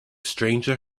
stranger